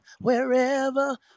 wherever